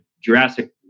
jurassic